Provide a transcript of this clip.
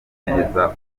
neza